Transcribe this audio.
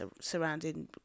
surrounding